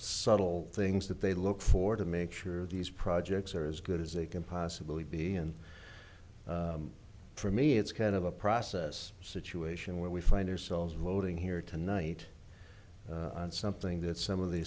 subtle things that they look for to make sure these projects are as good as they can possibly be and for me it's kind of a process situation where we find ourselves voting here tonight on something that some of the